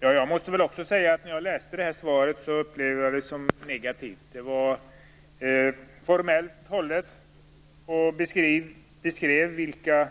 Herr talman! Också jag upplevde svaret som negativt när jag läste det. Det var formellt hållet och beskrev vilka